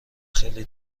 خیلی